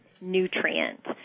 nutrient